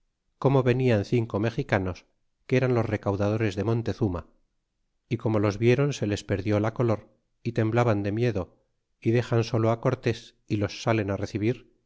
como venían cinco mexicanos que eran los recaudadores de montezuma y como los vieron se les perdió la color y temblaban de miedo y dexan solo cortés y los salen recibir